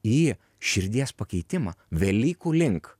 į širdies pakeitimą velykų link